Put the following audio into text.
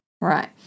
Right